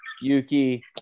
Yuki